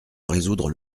résoudre